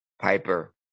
Piper